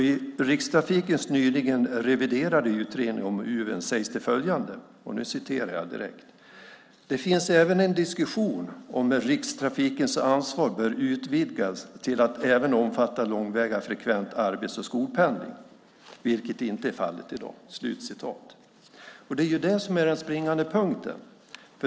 I Rikstrafikens nyligen reviderade utredning om Uven sägs följande: Det finns även en diskussion om huruvida Rikstrafikens ansvar bör utvidgas till att även omfatta långväga frekvent arbets och skolpendling, vilket inte är fallet i dag. Det är den springande punkten.